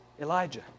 Elijah